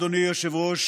אדוני היושב-ראש,